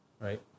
right